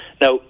Now